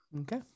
Okay